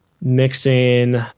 mixing